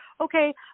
Okay